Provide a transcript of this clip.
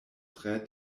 tre